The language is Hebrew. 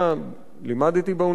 לימדתי באוניברסיטה,